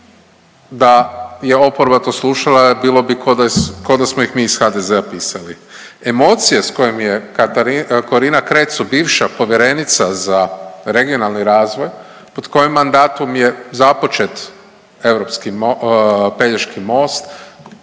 da je oporba to slušala, bilo bi k'o da smo ih mi iz HDZ-a pisali. Emocije s kojim je .../nerazumljivo/... Corina Cretu, bivša povjerenica za regionalni razvoj, pod kojim mandatom je započet europski Pelješki most,